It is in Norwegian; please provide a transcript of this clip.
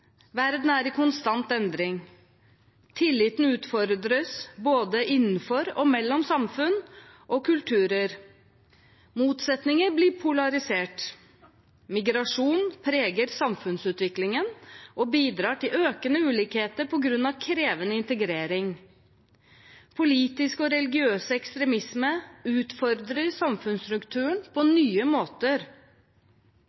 Verden er i konstant endring. Tilliten utfordres både innenfor og mellom samfunn og kulturer. Motsetninger blir polarisert. Migrasjon preger samfunnsutviklingen og bidrar til økende ulikheter på grunn av krevende integrering. Politisk og religiøs ekstremisme utfordrer samfunnsstrukturen på